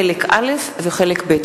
חלק א' וחלק ב'.